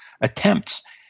attempts